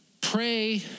pray